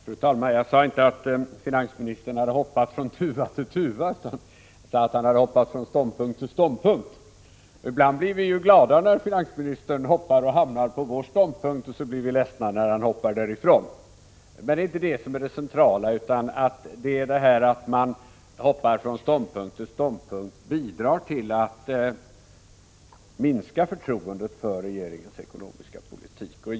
Fru talman! Jag sade inte att finansministern hade hoppat från tuva till tuva, utan jag sade att han hade hoppat från ståndpunkt till ståndpunkt. När finansministern ibland hoppar över på vår ståndpunkt blir vi glada, och vi blir ledsna när han hoppar därifrån. Men det är inte detta som är det centrala, utan det är att hoppandet från ståndpunkt till ståndpunkt bidrar till att minska förtroendet för regeringens ekonomiska politik.